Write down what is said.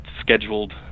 scheduled